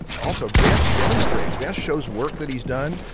also vance demonstrates, vance shows work that he's done,